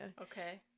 Okay